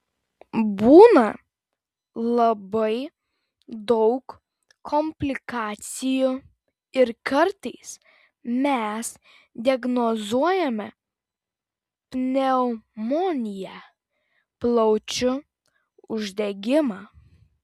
būna labai daug komplikacijų ir kartais mes diagnozuojame pneumoniją plaučių uždegimą